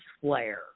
Flare